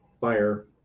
fire